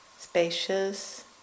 spacious